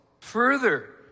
Further